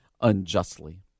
unjustly